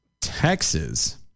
Texas